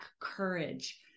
courage